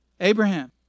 Abraham